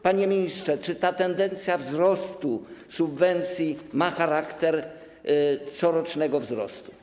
Panie ministrze, czy ta tendencja wzrostu subwencji ma charakter corocznego wzrostu?